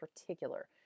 particular